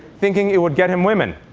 thinking it would get him women.